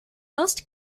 most